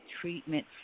treatment